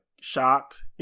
shocked